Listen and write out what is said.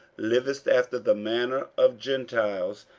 livest after the manner of gentiles,